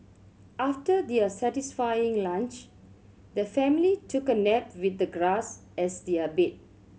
after their satisfying lunch the family took a nap with the grass as their bed